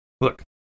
Look